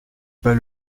pas